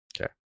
Okay